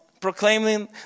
proclaiming